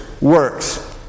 works